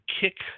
kick